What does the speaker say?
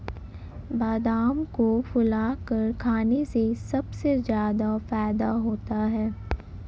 बादाम को फुलाकर खाने से सबसे ज्यादा फ़ायदा होता है